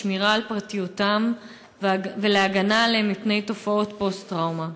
לשמירה על פרטיותם ולהגנה עליהם מפני תופעות פוסט-טראומה.